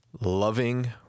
loving